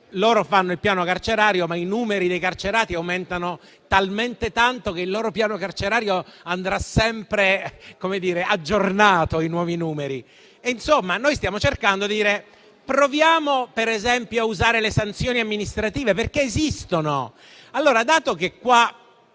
loro fanno il piano carcerario, ma i numeri dei carcerati aumentano talmente tanto che il loro piano carcerario andrà sempre aggiornato ai nuovi numeri. Insomma, noi stiamo cercando di suggerire di provare, per esempio, a usare le sanzioni amministrative, perché esistono. Dato che